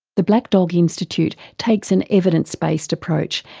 the black dog institute takes an evidence-based approach,